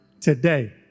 today